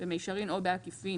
במישרין או בעקיפין,